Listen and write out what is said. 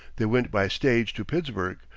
they went by stage to pittsburg,